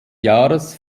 jahres